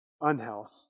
unhealth